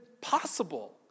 possible